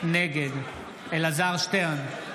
נגד אלעזר שטרן,